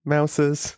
Mouses